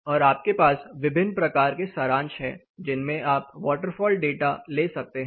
और आपके पास विभिन्न प्रकार के सारांश हैं जिनमें आप वाटरफॉल डेटा ले सकते हैं